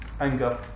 anger